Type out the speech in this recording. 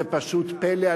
זה פשוט פלא,